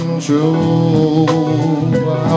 true